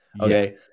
okay